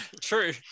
True